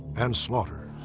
and slaughter.